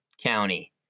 county